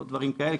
או דברים כאלה,